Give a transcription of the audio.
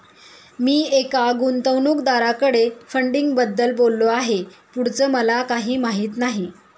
मी एका गुंतवणूकदाराकडे फंडिंगबद्दल बोललो आहे, पुढचं मला काही माहित नाही